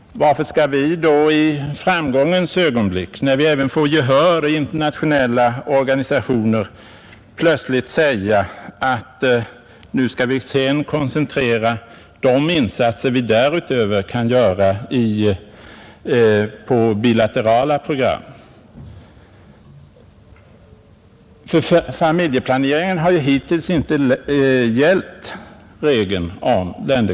Varför skall vi då i framgångens ögonblick, när vi även får gehör från internationella organisationer, plötsligt säga att vi skall koncentrera de insatser vi därutöver kan göra på bilaterala program? För familjeplaneringen har regeln om länderkoncentration hittills inte gällt.